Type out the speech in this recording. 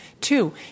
Two